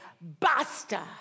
Basta